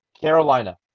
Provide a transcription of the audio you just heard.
Carolina